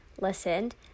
listened